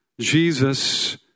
Jesus